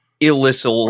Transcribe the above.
illicit